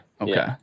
Okay